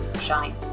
shine